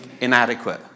inadequate